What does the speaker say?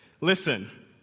Listen